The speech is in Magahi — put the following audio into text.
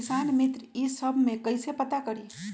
किसान मित्र ई सब मे कईसे पता करी?